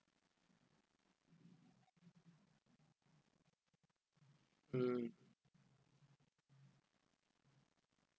mm